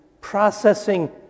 processing